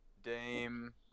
Dame